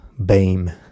BAME